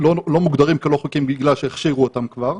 מוגדרים כלא חוקיים בגלל שכבר הכשירו אותם.